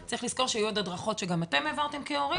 יהיו עוד הדרכות שגם אתם העברתם כהורים,